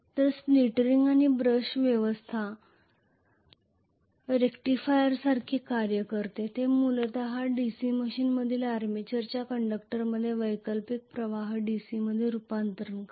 तर split ring आणि brush व्यवस्था रेक्टिफायरसारखे कार्य करते हे मूलत DC मशीनमधील आर्मेचरच्या कंडक्टरमध्ये वैकल्पिक प्रवाह DC मध्ये रूपांतरित करते